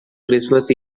christmas